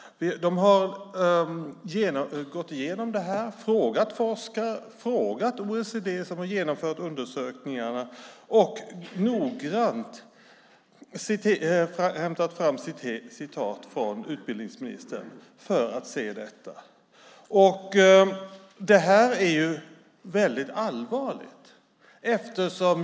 Man har gått igenom det här, frågat forskare och OECD som har genomfört undersökningarna och noggrant hämtat fram citat från utbildningsministern och sett detta. Det här är väldigt allvarligt.